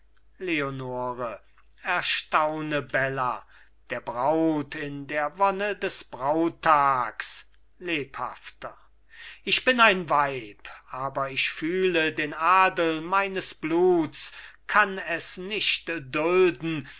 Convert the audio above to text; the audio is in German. leonore erstaune bella der braut in der wonne des brauttags lebhafter ich bin ein weib aber ich fühle den adel meines bluts kann es nicht dulden